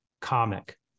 comic